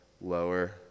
lower